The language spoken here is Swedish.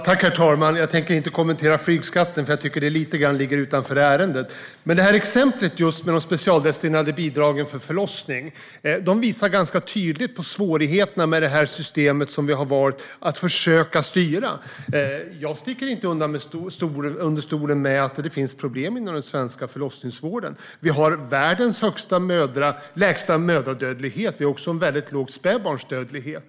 Herr talman! Jag tänker inte kommentera flygskatten eftersom jag tycker den frågan ligger lite utanför ärendet. Exemplet med specialdestinerade bidrag till förlossningen visar tydligt svårigheten med systemet att försöka styra. Jag sticker inte under stol med att det finns problem inom den svenska förlossningsvården, men Sverige har världens lägsta mödradödlighet - och Sverige har också en låg spädbarnsdödlighet.